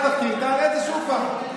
תעלה את זה שוב פעם.